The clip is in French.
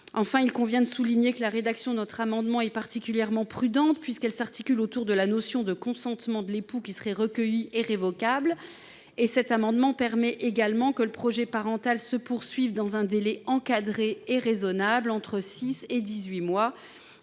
issu. Il convient enfin de souligner que la rédaction de notre amendement est particulièrement prudente, puisqu'elle s'articule autour de la notion de consentement de l'époux, lequel serait recueilli et révocable. Cet amendement permet également que le projet parental se poursuive dans un délai encadré et raisonnable, compris entre six